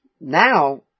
now